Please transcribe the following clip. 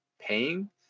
paying